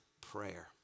prayer